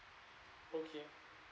okay